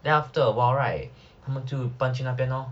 then after a while right 他们就搬去那边 lor